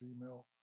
email